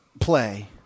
play